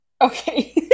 Okay